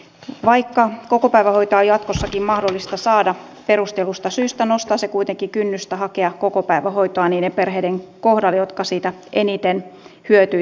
vaikka kokopäivähoitoa on jatkossakin mahdollista saada perustellusta syystä nostaa se kuitenkin kynnystä hakea kokopäivähoitoa niiden perheiden kohdalla jotka siitä eniten hyötyisivät